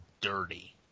dirty